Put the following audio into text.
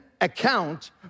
account